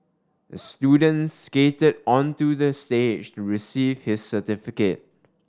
the student skated onto the stage to receive his certificate